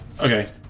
Okay